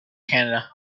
canada